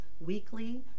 weekly